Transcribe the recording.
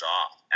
off